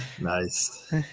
Nice